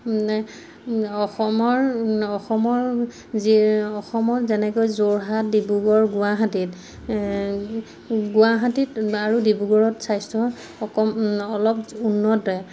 অসমৰ অসমৰ যি অসমত যেনেকৈ যোৰহাট ডিব্ৰুগড় গুৱাহাটীত গুৱাহাটীত আৰু ডিব্ৰুগড়ত স্বাস্থ্য অক অলপ উন্নত